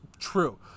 true